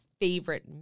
favorite